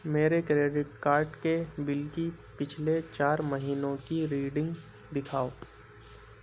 میرے credit card کے bill کی پچھلے چار مہینوں کی ریڈنگ دکھاؤ